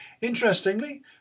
Interestingly